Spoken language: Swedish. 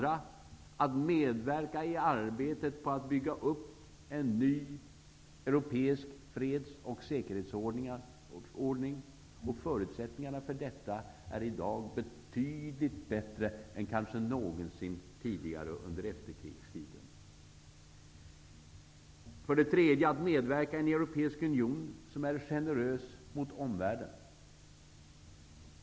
Att medverka i arbetet på att bygga upp en ny europeisk freds och säkerhetsordning. Förutsättningarna för detta är i dag betydligt bättre än kanske någonsin tidigare under efterkrigstiden. 3. Att medverka i en europeisk union som är generös mot omvärlden.